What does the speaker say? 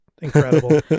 incredible